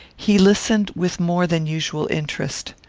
he listened with more than usual interest.